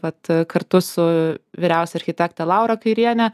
vat kartu su vyriausia architekte laura kairiene